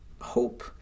hope